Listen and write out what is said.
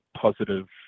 positive